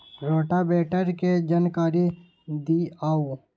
Rotavator के जानकारी दिआउ?